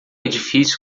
edifício